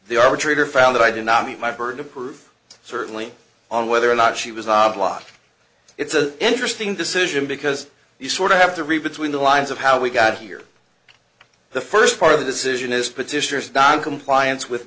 arbitrator found that i did not meet my burden of proof certainly on whether or not she was ob la it's an interesting decision because you sort of have to read between the lines of how we got here the first part of the decision is petitioners noncompliance with